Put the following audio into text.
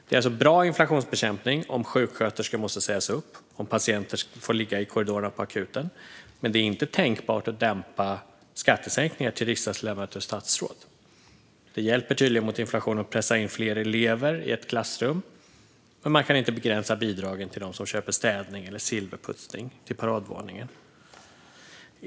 Det är alltså bra inflationsbekämpning om sjuksköterskor måste sägas upp och om patienter får ligga i korridorerna på akuten. Men det är inte tänkbart att dämpa skattesänkningar för riksdagsledamöter och statsråd. Det hjälper tydligen mot inflationen att pressa in fler elever i ett klassrum. Men man kan inte begränsa bidragen till dem som köper städning eller silverputsning till paradvåningen.